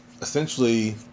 essentially